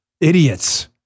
Idiots